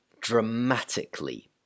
dramatically